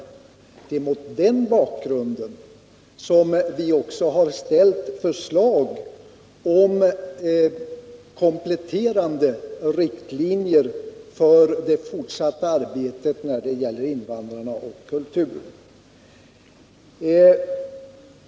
Det är mot den bakgrunden som vi har ställt förslaget om kompletterande riktlinjer för det fortsatta arbetet när det gäller invandrarna och kulturen.